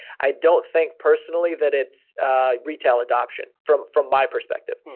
i don't think personally that it's retail adoption from from my perspective.